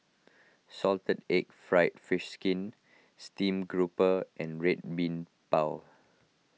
Salted Egg Fried Fish Skin Stream Grouper and Red Bean Bao